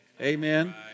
amen